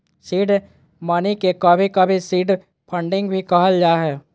seed money के कभी कभी सीड फंडिंग भी कहल जा हय